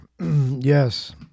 Yes